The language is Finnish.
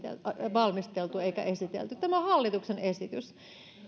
valmisteltu eikä esitelty tämä on hallituksen esitys